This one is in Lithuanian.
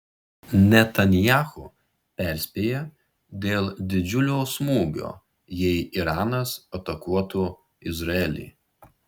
netanyahu perspėja dėl didžiulio smūgio jei iranas atakuotų izraelį